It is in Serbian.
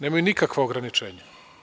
Nemaju nikakva ograničenja.